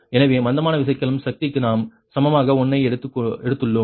எனவே மந்தமான விசைக்கலம் சக்திக்கு நாம் சமமாக 1 ஐ எடுத்துள்ளோம்